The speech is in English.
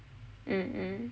mm mm